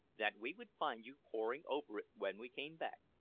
that we would find you poring over it when we came back,